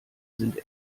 sind